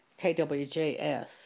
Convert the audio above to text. KWJS